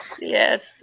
Yes